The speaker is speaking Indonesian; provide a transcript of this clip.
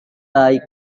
baik